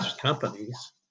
companies